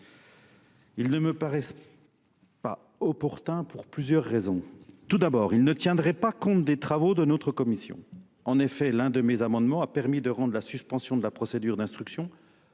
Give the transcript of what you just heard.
Il ne me paraît pas opportun pour plusieurs raisons. Tout d'abord, il ne tiendrait pas compte des travaux de notre Commission. En effet, l'un de mes amendements a permis de rendre la suspension de la procédure d'instruction